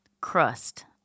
crust